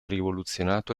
rivoluzionato